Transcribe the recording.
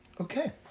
Okay